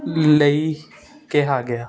ਲਈ ਕਿਹਾ ਗਿਆ